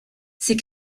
ces